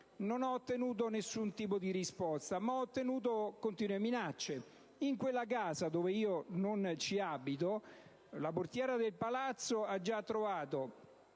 non ho ottenuto nessun tipo di risposta, ma ho avuto continue minacce. In quella casa, dove io non abito, la portiera del palazzo ha già trovato